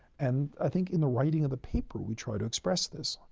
and, i think, in the writing of the paper, we tried to express this.